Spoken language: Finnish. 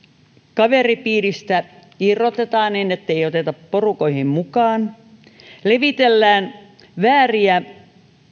kaveripiiristä irrotetaan niin ettei oteta porukoihin mukaan levitellään vääriä